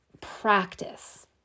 practice